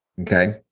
Okay